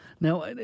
Now